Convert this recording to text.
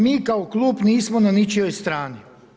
Mi kao klub nismo na ničijoj strani.